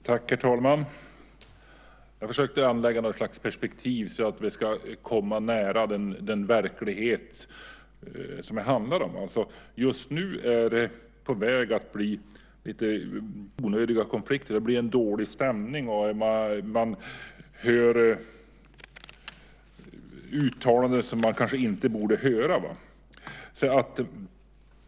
Herr talman! Jag försökte anlägga ett perspektiv som skulle göra att vi kommer nära den verklighet det handlar om. Just nu är det på väg att bli lite onödiga konflikter. Det blir en dålig stämning, och man hör uttalanden som man kanske inte borde höra.